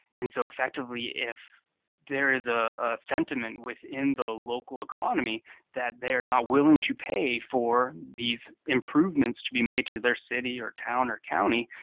and so effectively, if there is a sentiment within the local economy that they are not willing to pay for these improvements to be made to their city or town or county,